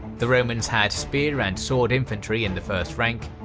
the romans had spear and sword infantry in the first rank,